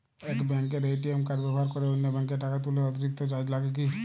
এক ব্যাঙ্কের ATM card ব্যবহার করে অন্য ব্যঙ্কে টাকা তুললে অতিরিক্ত চার্জ লাগে কি?